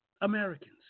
Americans